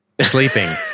Sleeping